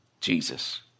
Jesus